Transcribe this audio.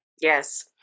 Yes